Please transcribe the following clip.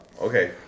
Okay